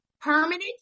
Permanent